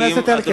חבר הכנסת אלקין,